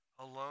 alone